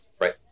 Right